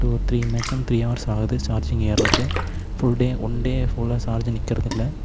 two three maximum three hours ஆகுது charging ஏர்றக்கு full day one day ஃபுல்லாக charge நிற்கறது இல்லை